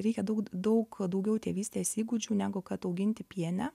reikia daug daug daugiau tėvystės įgūdžių negu kad auginti pienę